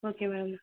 okay madam